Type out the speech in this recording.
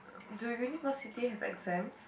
the university have exams